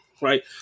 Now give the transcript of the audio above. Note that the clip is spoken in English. right